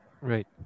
Right